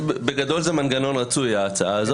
בגדול ההצעה הזו היא מנגנון רצוי.